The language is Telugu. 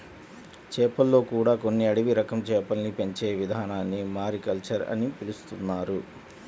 చేపల్లో కూడా కొన్ని అడవి రకం చేపల్ని పెంచే ఇదానాన్ని మారికల్చర్ అని పిలుత్తున్నారు